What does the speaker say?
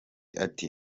ati